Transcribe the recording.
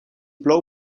plou